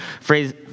phrase